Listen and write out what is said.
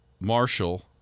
Marshall